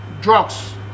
drugs